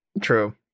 True